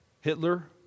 Hitler